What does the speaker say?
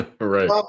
right